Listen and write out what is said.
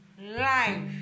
life